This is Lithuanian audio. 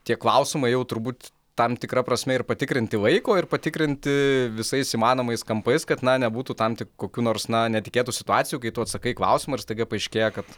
tie klausimai jau turbūt tam tikra prasme ir patikrinti laiko ir patikrinti visais įmanomais kampais kad na nebūtų tam tik kokių nors na netikėtų situacijų kai tu atsakai į klausimą ir staiga paaiškėja kad